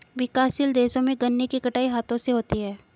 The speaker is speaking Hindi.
विकासशील देशों में गन्ने की कटाई हाथों से होती है